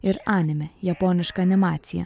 ir anime japonišką animaciją